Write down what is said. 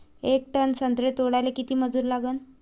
येक टन संत्रे तोडाले किती मजूर लागन?